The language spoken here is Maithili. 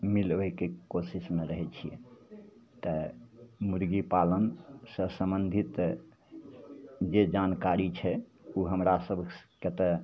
मिलबैके कोशिशमे रहै छिए तऽ मुरगीपालनसे सम्बन्धित जे जानकारी छै ओ हमरा सभकेँ तऽ